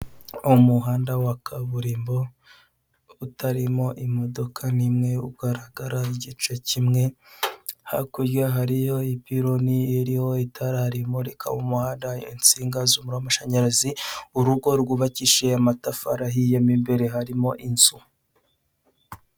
Umuhanda wa kaburimbo utarimo imidoka n'imwe, ugaragara igice kimwe, hakurya hariyo ipironi iriho itara rimurika mu muhanda, insinga z'umuriro w'amashanyarazi, urugo rwubakishije amatafari ahiye, mo imbere harimo inzu.